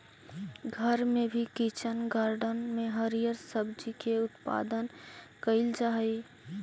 घर में भी किचन गार्डन में हरिअर सब्जी के उत्पादन कैइल जा हई